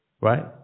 right